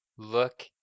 Look